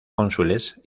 cónsules